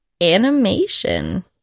animation